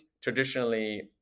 traditionally